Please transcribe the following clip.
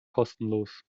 kostenlos